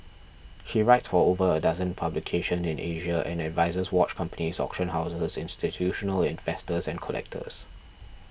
he writes for over a dozen publications in Asia and advises watch companies auction houses institutional investors and collectors